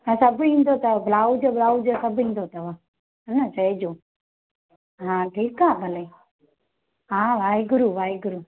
हा सभु ईंदो अथव ब्लाउज़ व्लाउज़ सभु ईंदो अथव है न चइजो हा ठीकु आहे भले हा वाहेगुरू वाहेगुरू